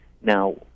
Now